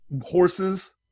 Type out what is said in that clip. horses